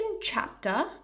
chapter